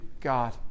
God